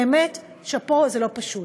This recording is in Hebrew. באמת שאפו, זה לא פשוט.